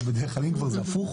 בדרך כלל אם כבר זה הפוך,